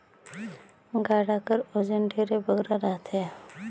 गाड़ा कर ओजन ढेरे बगरा रहथे